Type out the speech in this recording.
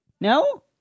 No